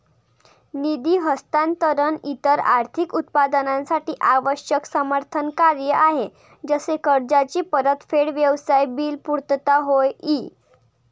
निधी हस्तांतरण इतर आर्थिक उत्पादनांसाठी आवश्यक समर्थन कार्य आहे जसे कर्जाची परतफेड, व्यवसाय बिल पुर्तता होय ई